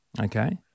Okay